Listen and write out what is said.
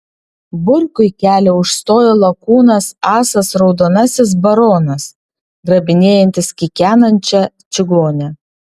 burkui kelią užstojo lakūnas asas raudonasis baronas grabinėjantis kikenančią čigonę